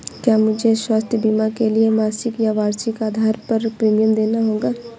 क्या मुझे स्वास्थ्य बीमा के लिए मासिक या वार्षिक आधार पर प्रीमियम देना होगा?